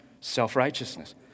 self-righteousness